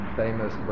famous